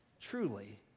Truly